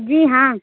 جی ہاں